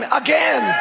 again